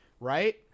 right